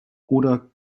oder